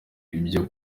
ibyo